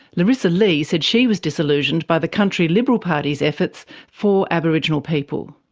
larisa lee said she was disillusioned by the country liberal party's efforts for aboriginal people.